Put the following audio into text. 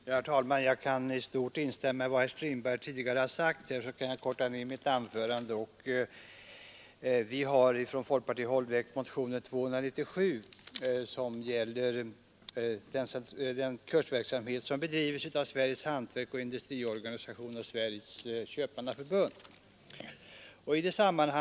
Herr talman! Jag kan i stort instämma i vad herr Strindberg har sagt. Vi har från folkpartihåll väckt motionen 297, som gäller den kursverksamhet som bedrivs av Sveriges hantverksoch industriorganisation och Sveriges köpmannaförbund.